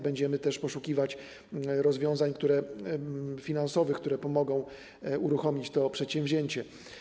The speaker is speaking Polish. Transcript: Będziemy też poszukiwać rozwiązań finansowych, które pomogą uruchomić to przedsięwzięcie.